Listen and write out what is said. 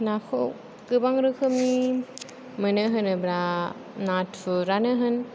नाखौ गोबां रोखोमनि मोनो होनोब्ला नाथुरानो होन